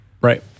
Right